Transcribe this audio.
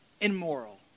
immoral